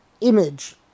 image